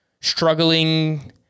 struggling